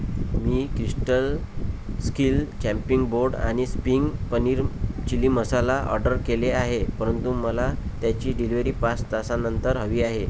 मी crystal skill chopping board आणि spring paneer chilli masala order केले आहे परंतु मला त्याची डिलिवरी पाच तासानंतर हवी आहे